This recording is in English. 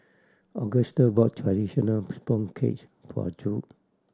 Augustus bought traditional sponge cage for Judd